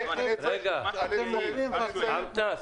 אנטאנס,